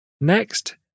Next